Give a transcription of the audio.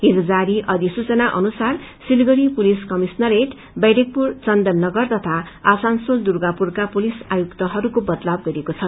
हिज जारी अधिसूचना अनुसार Siliguri police commissionerate Barrackpore Chandannagar Asansol दुर्गापुरमा पुलिस आयुक्तहरूको बदलाव गरिएको छ